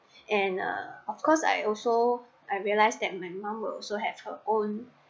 and uh of course I also I realized that my mum will also have her own